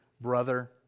brother